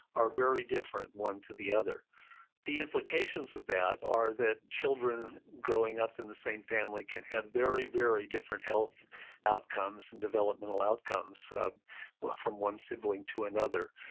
are very different one to the other the implications of that are that children growing up in the same family can have very, very different health outcomes and developmental outcomes from one sibling to another.